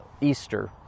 Easter